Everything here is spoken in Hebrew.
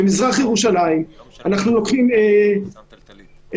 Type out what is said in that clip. במזרח ירושלים אנחנו לוקחים מתקן,